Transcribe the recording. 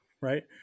right